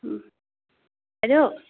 বাইদেউ